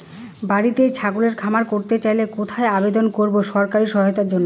বাতিতেই ছাগলের খামার করতে চাই কোথায় আবেদন করব সরকারি সহায়তার জন্য?